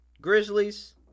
grizzlies